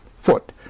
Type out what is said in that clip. foot